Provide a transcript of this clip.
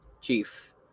Chief